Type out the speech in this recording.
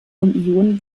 ionen